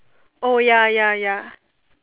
oh ya ya ya